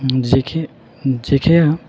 जेखाया